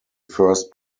first